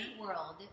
world